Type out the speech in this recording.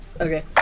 Okay